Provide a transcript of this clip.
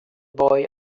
boy